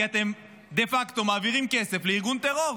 כי אתן דה-פקטו מעבירים כסף לארגון טרור.